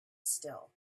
still